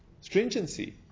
stringency